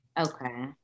Okay